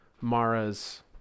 Mara's